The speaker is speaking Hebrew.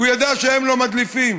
הוא ידע שהם לא מדליפים.